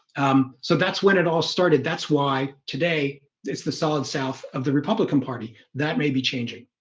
um, so that's when it all started. that's why today is the solid south of the republican party that may be changing